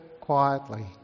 quietly